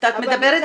את אומרת